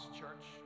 church